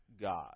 God